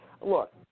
Look